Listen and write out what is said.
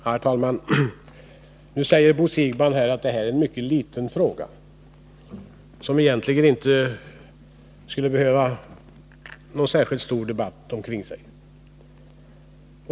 Herr talman! Bo Siegbahn säger att detta är en mycket liten fråga som egentligen inte skulle behöva kräva någon särskilt stor debatt.